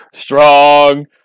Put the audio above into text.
Strong